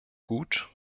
gut